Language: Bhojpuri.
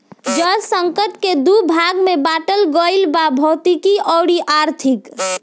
जल संकट के दू भाग में बाटल गईल बा भौतिक अउरी आर्थिक